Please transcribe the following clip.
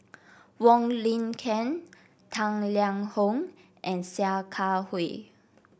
Wong Lin Ken Tang Liang Hong and Sia Kah Hui